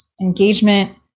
engagement